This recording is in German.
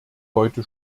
heute